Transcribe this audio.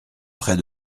près